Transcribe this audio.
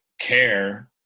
care